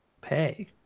Pay